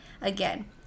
Again